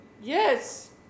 Yes